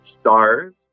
stars